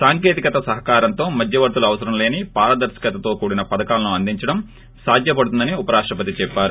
సాంకేతికత సహకారంతో మధ్యవర్తులు అవసరం లేని పారదర్శకతో పధకాలను అందించడం సాధ్య పడుతుందని ఉపరాష్టపతి చెప్పారు